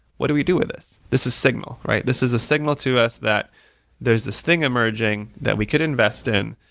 what do we do with this? this is signal. this is a signal to us that there is this thing emerging that we could invest in.